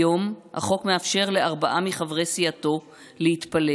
הוא מפחד כי הוא יודע שהיום החוק מאפשר לארבעה מחברי סיעתו להתפלג,